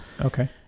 Okay